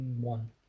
One